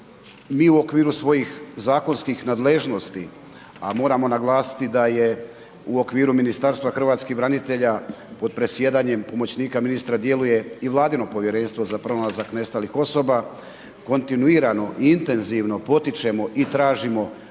mi u okviru svojih zakonskih nadležnosti a moramo naglasiti da je u okviru Ministarstva hrvatskih branitelja pod predsjedanjem pomoćnika ministra djeluje i Vladino povjerenstvo za pronalazak nestalih osoba, kontinuirano i intenzivno potičemo i tražimo